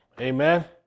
Amen